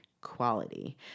quality